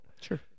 Sure